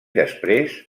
després